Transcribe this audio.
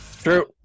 True